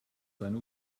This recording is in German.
seine